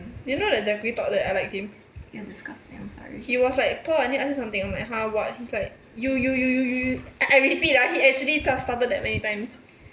did you know that zachary thought that I like him he was like pearl I need ask you something I'm like !huh! what what he's like you you you you you you I I repeat ah he actually stu~ stuttered that many times